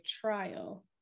trial